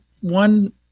one